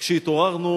כשהתעוררנו